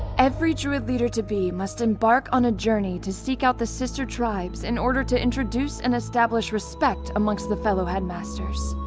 every druid leader to be must embark on journey to seek out the sister tribes in order to introduce and establish respect amongst the fellow headmasters.